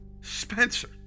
Spencer